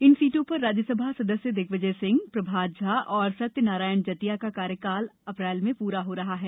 इन सीटों पर राज्यसभा सदस्य दिग्विजय सिंह प्रभात झा और सत्यनारायण जटिया का कार्यकाल अप्रैल में पूरा हो रहा है